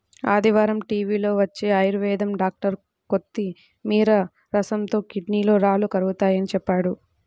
ఆదివారం టీవీలో వచ్చే ఆయుర్వేదం డాక్టర్ కొత్తిమీర రసంతో కిడ్నీలో రాళ్లు కరుగతాయని చెప్పాడు